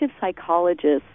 psychologists